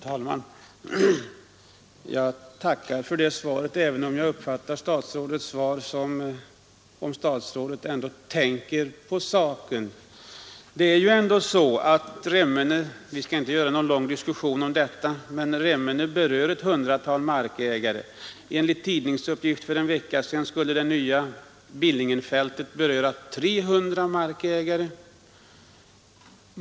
Fru talman! Jag tackar för det svaret och uppfattar det som om statsrådet ändå tänker på saken. Vi skall inte föra någon lång diskussion om detta. Jag vill emellertid nämna att Remmene berör ett hundratal markägare, och enligt en tidningsuppgift för en vecka sedan skulle det nya Billingenfältet beröra 300 markägare.